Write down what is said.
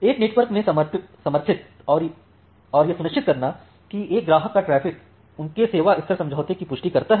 एक नेटवर्क में समर्थित और यह सुनिश्चित करना कि एक ग्राहक का ट्रैफिक उनके सेवा स्तर समझौते की पुष्टि करता है